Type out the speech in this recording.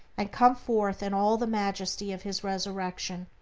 and come forth in all the majesty of his resurrection.